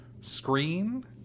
screen